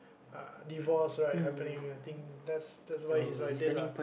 uh divorce right happening I think that's that's why he's like this ah